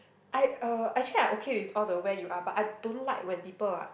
I uh actually I okay with all the way you are but I don't like when people are